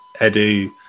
Edu